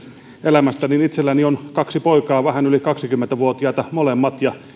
elämästä niin itselläni on kaksi poikaa vähän yli kaksikymmentä vuotiaita molemmat ja